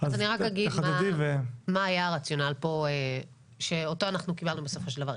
אז אני רק אגיד מה היה הרציונל פה שאותו אנחנו קיבלנו בסופו של דבר.